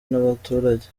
n’abaturage